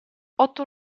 otto